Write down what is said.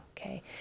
okay